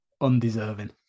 undeserving